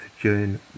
June